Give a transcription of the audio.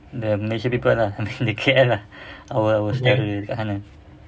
the malaysia people ah the K_L ah all our saudara kat sana